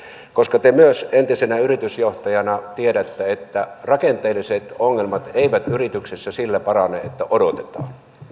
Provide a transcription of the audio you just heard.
koska te myös entisenä yritysjohtajana tiedätte että rakenteelliset ongelmat eivät yrityksessä sillä parane että odotetaan